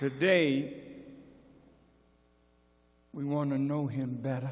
today we want to know him better